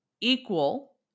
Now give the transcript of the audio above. equal